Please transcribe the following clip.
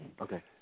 Okay